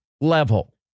level